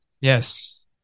Yes